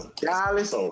Dallas